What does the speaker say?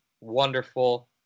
wonderful